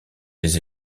des